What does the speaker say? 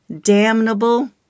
damnable